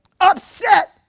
upset